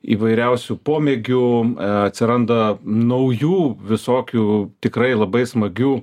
įvairiausių pomėgių atsiranda naujų visokių tikrai labai smagių